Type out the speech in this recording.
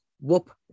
whoop